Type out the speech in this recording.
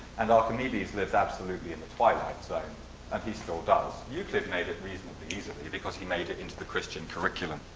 and archimedes lived absolutely in the twilight zone and he still does. euclid made it reasonably easily because he made it into the christian curriculum.